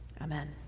Amen